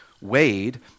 weighed